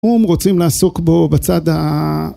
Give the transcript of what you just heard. אומ רוצים לעסוק בו בצד ה...